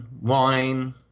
wine